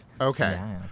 Okay